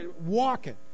Walking